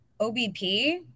OBP